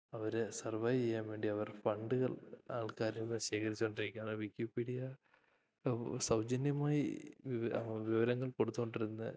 അവർ survive ചെയ്യാൻ വേണ്ടി അവർ ഫണ്ട്കൾ ആൾക്കാരിപ്പം ശേഖരിച്ചോണ്ടിരിക്കാണ് വിക്കിപ്പീഡ്യ സൗജന്യമായി വിവരം വിവരങ്ങൾ കൊടുത്ത് കൊണ്ടിരുന്നത്